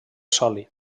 sòlid